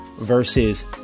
versus